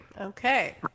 Okay